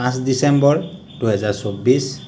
পাঁচ ডিচেম্বৰ দুহেজাৰ চৌব্বিছ